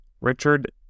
Richard